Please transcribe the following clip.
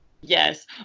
Yes